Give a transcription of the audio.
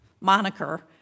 moniker